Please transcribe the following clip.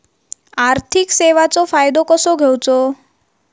आर्थिक सेवाचो फायदो कसो घेवचो?